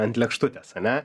ant lėkštutės ane